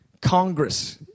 Congress